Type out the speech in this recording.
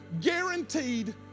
guaranteed